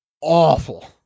Awful